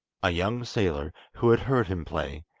a young sailor, who had heard him play,